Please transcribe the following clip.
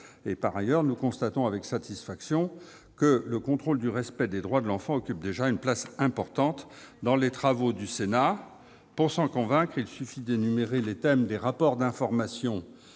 Par ailleurs, nous constatons avec satisfaction que le contrôle du respect des droits de l'enfant occupe déjà une place importante dans les travaux du Sénat. Pour s'en convaincre, il suffit d'énumérer les rapports d'information